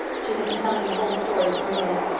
she had been telling the whole story to marilla.